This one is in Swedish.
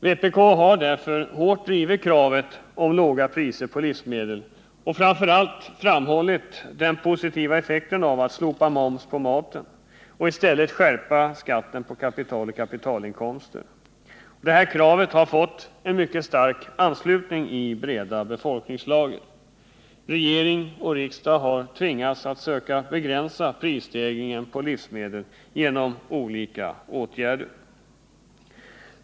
Vpk har därför hårt drivit kraven på låga priser på livsmedel och framför allt framhållit den positiva effekten av att slopa momsen på mat och i stället skärpa skatten på kapital och kapitalinkomster. De här kraven har fått en mycket stark anslutning i breda befolkningslager. Regering och riksdag har tvingats att söka begränsa prisstegringen på livsmedel genom olika åtgärder.